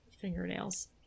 fingernails